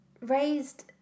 raised